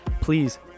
please